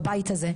בבית הזה,